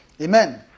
Amen